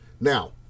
Now